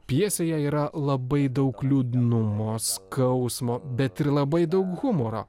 pjesėje yra labai daug liūdnumo skausmo bet ir labai daug humoro